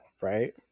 right